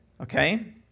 okay